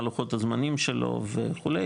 מה לוחות הזמנים שלו וכו',